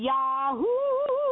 Yahoo